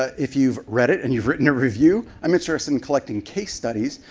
ah if you've read it and you've written a review, i'm interested in collecting case studies.